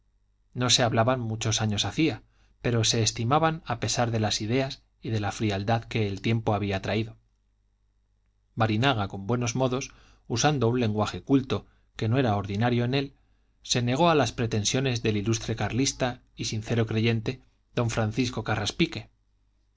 no se hablaban muchos años hacía pero se estimaban a pesar de las ideas y de la frialdad que el tiempo había traído barinaga con buenos modos usando un lenguaje culto que no era ordinario en él se negó a las pretensiones del ilustre carlista y sincero creyente d francisco